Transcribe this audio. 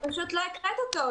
את פשוט לא הקראת אותו.